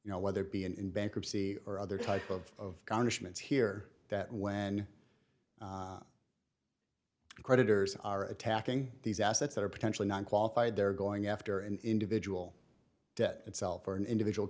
you know whether it be in bankruptcy or other type of garnishments here that when creditors are attacking these assets that are potentially not qualified they're going after an individual debt itself or an individual